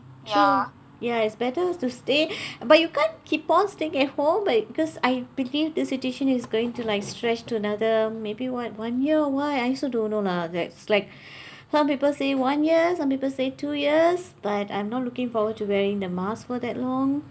true ya it's better to stay but you can't keep on staying at home I cause I believe the situation is going to like stretch to another maybe what one year why I also don't know lah that's like how people say one year some people say two years but I'm not looking forward to wearing the mask for that long